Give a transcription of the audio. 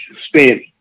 spent